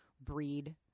breed